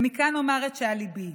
ומכאן אומר את שעל ליבי: